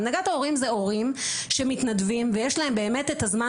הנהגת ההורים זה הורים שמתנדבים ויש להם באמת את הזמן